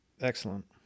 Excellent